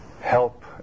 help